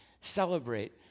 Celebrate